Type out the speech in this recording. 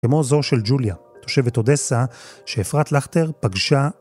כמו זו של ג'וליה, תושבת אודסה, שאפרת לכטר פגשה.